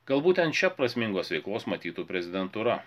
gal būtent čia prasmingos veiklos matytų prezidentūra